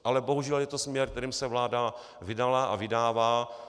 Ale bohužel je to směr, kterým se vláda vydala a vydává.